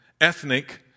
ethnic